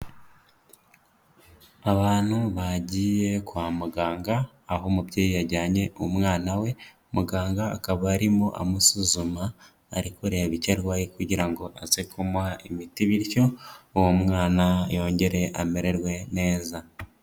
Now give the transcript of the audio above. Abantu bagiye kwa muganga, aho umubyeyi yajyanye umwana we, muganga akaba arimo amusuzuma, ari kureba icyo arwaye kugira ngo aze kumuha imiti bityo uwo mwana yongere amererwe neza.